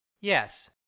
Yes